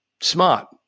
Smart